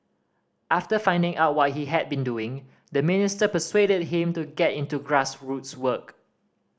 after finding out what he had been doing the minister persuaded him to get into grassroots work